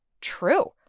true